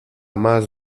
más